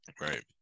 right